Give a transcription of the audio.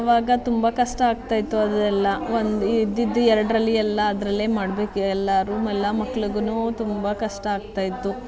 ಆವಾಗ ತುಂಬ ಕಷ್ಟ ಆಗ್ತಾಯಿತ್ತು ಅದೆಲ್ಲ ಒಂದು ಇದ್ದಿದ್ದು ಎರಡರಲ್ಲಿ ಎಲ್ಲ ಅದರಲ್ಲೇ ಮಾಡ್ಬೇಕು ಎಲ್ಲ ರೂಮೆಲ್ಲಾ ಮಕ್ಳಿಗೂ ತುಂಬ ಕಷ್ಟ ಆಗ್ತಾಯಿತ್ತು